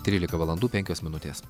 trylika valandų penkios minutės